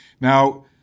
Now